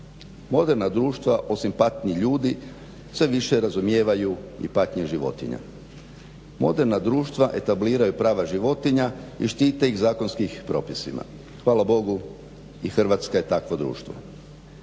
Moderna društva osim patnje ljudi sve više razumijevaju i patnje životinja. Moderna društva etabliraju prava životinja i štite ih zakonskim propisima, hvala Bogu i Hrvatska je takvo društvo.